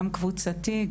גם קבוצתי,